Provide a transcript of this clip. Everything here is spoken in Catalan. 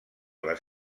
les